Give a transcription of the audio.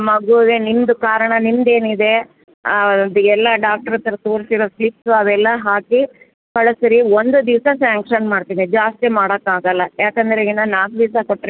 ಮಗುಗೆ ನಿಮ್ಮದು ಕಾರಣ ನಿಮ್ಮದೇನಿದೆ ಎಲ್ಲ ಡಾಕ್ಟರ್ ಹತ್ತಿರ ತೋರಿಸಿ ಇವಾಗ ಕ್ಲಿಪ್ಸ್ ಅವೆಲ್ಲ ಹಾಕಿ ಕಳಿಸ್ರಿ ಒಂದು ದಿವಸ ಸ್ಯಾಂಕ್ಷನ್ ಮಾಡ್ತೀನಿ ಜಾಸ್ತಿ ಮಾಡೋಕ್ಕಾಗಲ್ಲ ಯಾಕೆಂದ್ರೆಗಿನ ನಾಲ್ಕು ದಿವಸ ಕೊಟ್ಟರೆಗಿನ